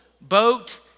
boat